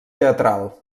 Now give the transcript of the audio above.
teatral